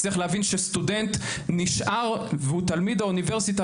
צריך להבין שסטודנט נשאר והוא תלמיד האוניברסיטה